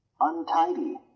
untidy